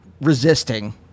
resisting